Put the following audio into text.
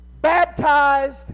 baptized